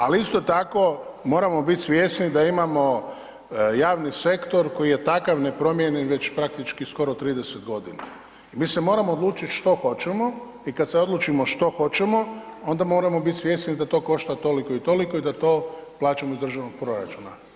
Ali isto tako moramo biti svjesni da imamo javni sektor koji je takav nepromijenjen već praktički skoro 30 godina i mi se moramo odlučiti što hoćemo i kad se odlučimo što hoćemo, onda moramo biti svjesni da to košta toliko i toliko i da to plaćamo iz državnog proračuna.